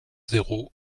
zéro